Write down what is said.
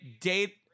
Date